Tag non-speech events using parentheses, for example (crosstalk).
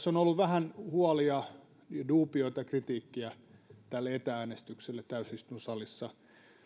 (unintelligible) on ollut vähän huolia ja duubioita kritiikkiä tälle etä äänestykselle täysistuntosalissa